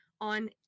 on